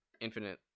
infinite